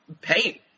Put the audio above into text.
Paint